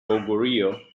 goguryeo